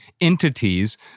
entities